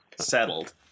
settled